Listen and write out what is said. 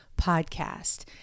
podcast